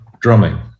drumming